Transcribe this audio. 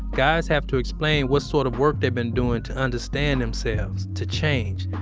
guys have to explain what sort of work they've been doing to understand themselves, to change.